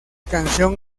canción